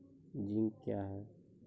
Zinc क्या हैं?